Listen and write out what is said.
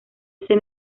ese